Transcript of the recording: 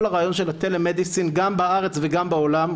הרעיון של הטלמדיסין גם בארץ וגם בעולם,